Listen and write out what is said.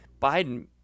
Biden